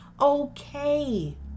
okay